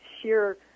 sheer